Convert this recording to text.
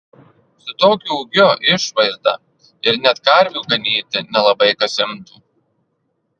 su tokiu ūgiu išvaizda net ir karvių ganyti nelabai kas imtų